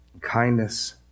Kindness